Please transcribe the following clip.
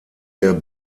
der